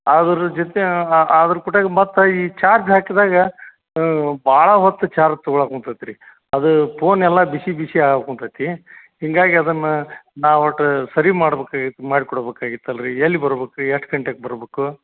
ಅದ್ರ ಜೊತೆ ಅದ್ರ ಕೂಡ ಮತ್ತೆ ಈ ಚಾರ್ಜ್ ಹಾಕಿದಾಗ ಭಾಳ ಹೊತ್ತು ಚಾರ್ಜ್ ತೊಗೊಳಕ್ಕೆ ಕುಂತತ್ರಿ ಅದು ಪೋನ್ ಎಲ್ಲ ಬಿಸಿ ಬಿಸಿ ಆಗಕ್ಕೆ ಕುಂತತಿ ಹಿಂಗಾಗಿ ಅದನ್ನು ನಾವು ಒಟ್ಟು ಸರಿ ಮಾಡ್ಬೇಕಾಗಿತ್ತು ಮಾಡಿ ಕೊಡಬೇಕಾಗಿತ್ತಲ್ರಿ ಎಲ್ಲಿ ಬರ್ಬೇಕ್ ಎಷ್ಟು ಗಂಟೆಗೆ ಬರ್ಬೇಕು